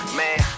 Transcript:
man